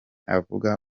avuga